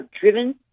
driven